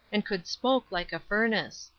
and could smoke like a furnace.